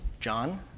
John